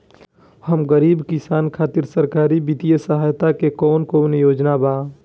हम गरीब किसान खातिर सरकारी बितिय सहायता के कवन कवन योजना बा?